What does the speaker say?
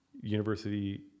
university